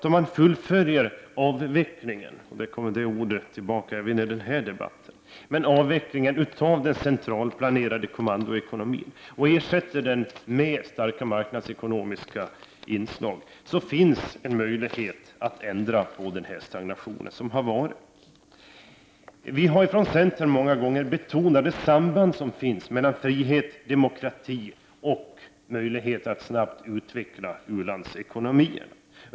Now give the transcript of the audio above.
Om man fullföljer avvecklingen — det ordet kommer tillbaka även i den här debatten — av den centralplanerade kommandoekonomin och ersätter den med starka marknadsekonomiska inslag finns en möjlighet att göra något åt den stagnation som har rått. Vi har från centern många gånger betonat det samband som finns mellan frihet, demokrati och möjlighet att snabbt utveckla u-landsekonomierna.